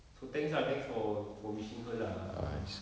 so thanks lah thanks for for wishing her lah ah